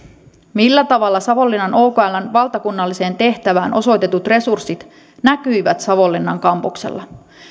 millä tavalla savonlinnan okln valtakunnalliseen tehtävään osoitetut resurssit näkyivät savonlinnan kampuksella